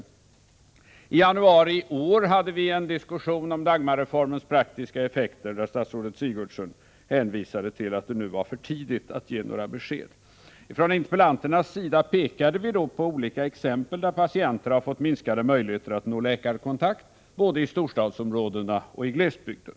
I januari i år hade vi en diskussion om Dagmarreformens praktiska effekter, där statsrådet Sigurdsen hänvisade till att det då var för tidigt att ge några besked. Från interpellanternas sida pekade vi på exempel där patienternas möjligheter minskat att nå läkarkontakt, både i storstadsområdena och i glesbygden.